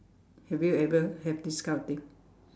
have you ever have this kind of thing